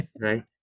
Right